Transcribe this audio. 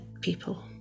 people